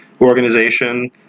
Organization